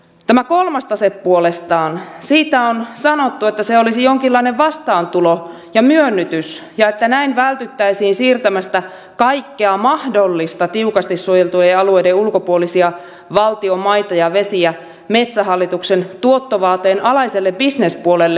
tästä kolmannesta taseesta puolestaan on sanottu että se olisi jonkinlainen vastaantulo ja myönnytys ja että näin vältyttäisiin siirtämästä kaikkia mahdollisia tiukasti suojeltujen alueiden ulkopuolisia valtion maita ja vesiä metsähallituksen tuottovaateen alaiselle bisnespuolelle liiketalouden taseeseen